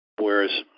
whereas